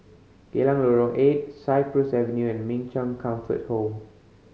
Geylang Lorong Eight Cypress Avenue and Min Chong Comfort Home